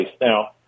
Now